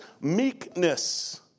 meekness